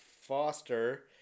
Foster